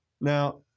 Now